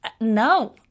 no